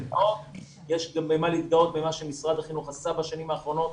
יש במה להתגאות במה שמשרד החינוך עשתה בשנים האחרונות.